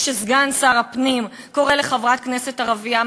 וכשסגן שר הפנים קורא לחברת כנסת ערבייה